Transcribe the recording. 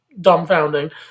dumbfounding